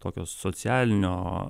tokio socialinio